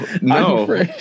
no